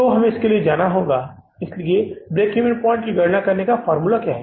तो हमें इसके लिए जाना होगा इसलिए ब्रेक इवन पॉइंट की गणना करने का फ़ॉर्मूला क्या है